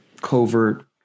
covert